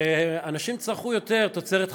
שאנשים צרכו יותר תוצרת חקלאית,